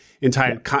entire